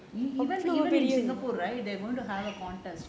even even in singapore right they are going to have a contest